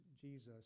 Jesus